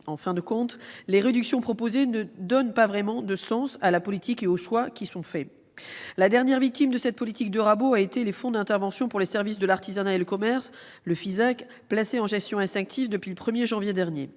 En fin de compte, les réductions proposées ne donnent pas vraiment de sens à la politique et aux choix qui sont faits. La dernière victime de cette politique de rabot a été le fonds d'intervention pour les services, l'artisanat et le commerce (Fisac), placé en « gestion extinctive » depuis le 1 janvier dernier.